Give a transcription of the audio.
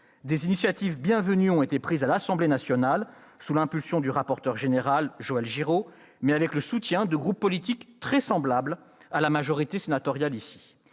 Des initiatives bienvenues ont été prises à l'Assemblée nationale sous l'impulsion du rapporteur général Joël Giraud, mais avec le soutien de groupes politiques très semblables à la majorité sénatoriale.